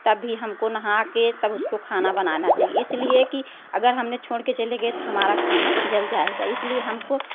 तब भी हमको नहा के तब उसको खाना बनाना चाहिए इसलिए की अगर हमने छोड़ कर चले गये तो हमारा खाना जल जाएगा इसलिए हमको